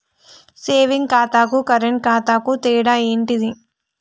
Saving ఖాతాకు current ఖాతాకు తేడా ఏంటిది?